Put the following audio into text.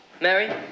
Mary